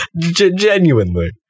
Genuinely